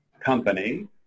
company